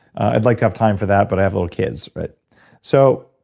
i'd like to have time for that, but i have little kids but so